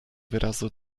wyrazu